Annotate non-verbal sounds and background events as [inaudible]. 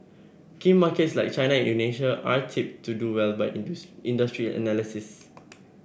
key markets like China and Indonesia are tipped to do well by [unintelligible] industry analysts